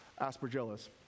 aspergillus